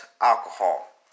alcohol